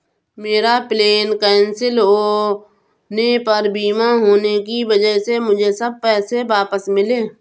मेरा plane cancel होने पर बीमा होने की वजह से मुझे सब पैसे वापस मिले